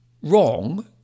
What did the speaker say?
wrong